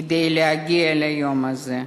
כדי להגיע ליום הזה,